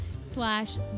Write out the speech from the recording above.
slash